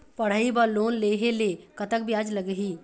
पढ़ई बर लोन लेहे ले कतक ब्याज लगही?